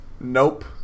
Nope